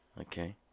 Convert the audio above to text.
Okay